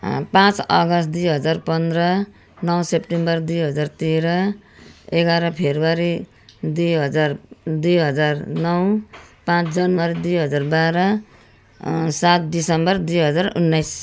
पाँच अगस्त दुई हजार पन्ध्र नौ सेप्टेम्बर दुई हजार तेह्र एघार फेब्रुअरी दुई हजार दुई हजार नौ पाँच जनवरी दुई हजार बाह्र सात डिसेम्बर दुई हजार उन्नाइस